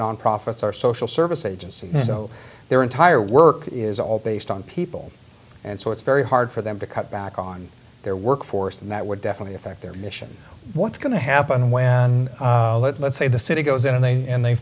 nonprofits are social service agencies so their entire work is all based on people and so it's very hard for them to cut back on their workforce and that would definitely affect their mission what's going to happen when let's say the city goes in and they and they